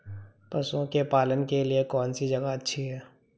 पशुओं के पालन के लिए कौनसी जगह अच्छी है?